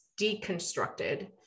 deconstructed